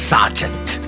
Sergeant